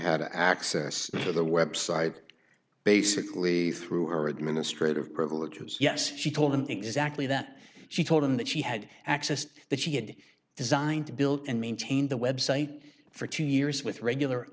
had access to the website basically through our administrative privileges yes she told him exactly that she told him that she had accessed that she had designed to build and maintain the website for two years with regular